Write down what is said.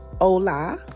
hola